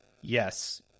Yes